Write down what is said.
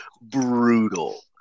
brutal